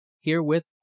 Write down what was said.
Herewith